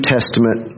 Testament